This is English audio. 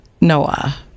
Noah